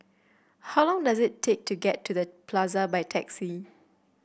how long does it take to get to The Plaza by taxi